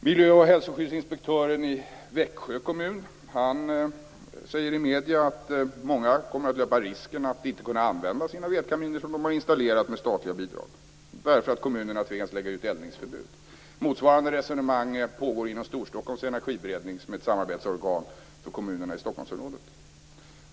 Miljö och hälsoskyddsinspektören i Växjö kommun säger i medierna att många kommer att löpa risken att inte kunna använda de vedkaminer de har installerat med hjälp av statliga bidrag. Det är bara för att kommunerna tvingats lägga ut eldningsförbud. Motsvarande resonemang pågår inom Storstockholms energiberedning, som är ett samarbetsorgan för kommunerna i Stockholmsområdet.